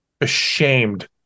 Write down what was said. ashamed